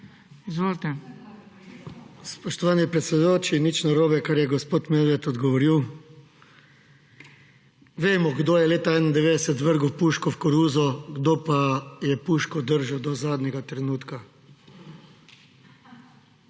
KANGLER:** Spoštovani predsedujoči, nič narobe, kar je gospod Medved odgovoril. Vemo, kdo je leta 1991 vrgel puško v koruzo, kdo pa je puško držal do zadnjega trenutka.